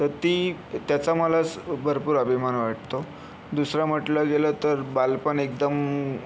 तर ती त्याचा मला स भरपूर अभिमान वाटतो दुसरं म्हटलं गेलं तर बालपण एकदम